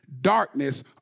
darkness